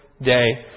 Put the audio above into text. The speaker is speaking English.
day